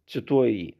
cituoju jį